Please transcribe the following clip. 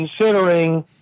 considering